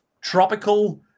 tropical